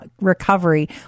recovery